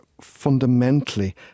fundamentally